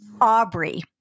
Aubrey